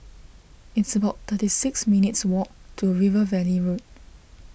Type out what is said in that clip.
it's about thirty six minutes' walk to River Valley Road